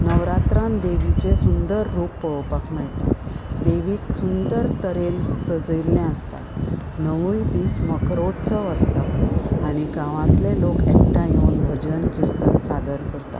नवरात्रांत देवीचें सुंदर रुप पळोवपाक मेळटा देवीक सुंदर तरेन सजयल्ले आसता णवय दीस मखरोत्सव आसता आनी गांवांतले लोक एखठांय येवन भजन किर्तन सादर करतात